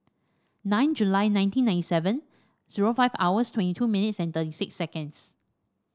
nine July nineteen ninety seven zero five hours twenty two minutes and thirty six seconds